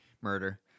Murder